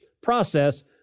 process